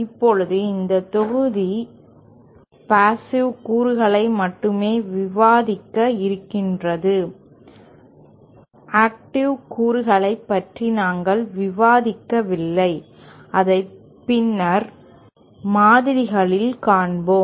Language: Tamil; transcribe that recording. இப்போது இந்த தொகுதி பேசிவ் கூறுகளை மட்டுமே விவாதிக்க இருக்கின்றது ஆக்டிவ் கூறுகளைப் பற்றி நாங்கள் விவாதிக்கவில்லை அதை பின்னர் மாதிரிகளில் காண்போம்